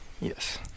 yes